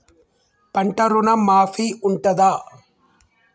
పంట ఋణం మాఫీ ఉంటదా?